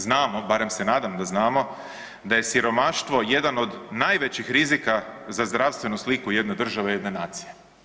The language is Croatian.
Znamo, barem se nadam da znamo da je siromaštvo jedan od najvećih rizika za zdravstvenu sliku jedne države i jedne nacije.